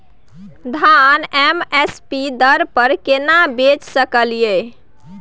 धान M S P दर पर केना बेच सकलियै?